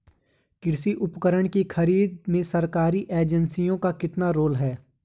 कृषि उपकरण की खरीद में सरकारी एजेंसियों का कितना रोल है?